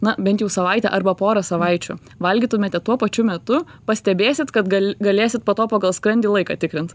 na bent jau savaitę arba porą savaičių valgytumėte tuo pačiu metu pastebėsit kad gal galėsit po to pagal skrandį laiką tikrint